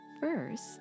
first